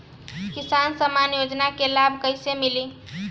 किसान सम्मान योजना के लाभ कैसे मिली?